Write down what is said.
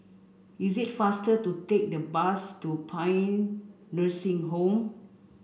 is it faster to take the bus to Paean Nursing Home